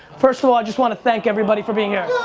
first of all, i just want to thank everybody for being here.